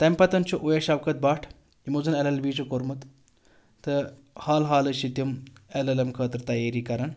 تَمہِ پتَن چھُ اُویس شوکَت بٹ یِمو زَن اٮ۪ل اٮ۪ل بی چھُ کوٚرمُت تہٕ حال حالٕے چھِ تِم اٮ۪ل اٮ۪ل اٮ۪م خٲطرٕ تیٲری کران